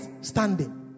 standing